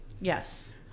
Yes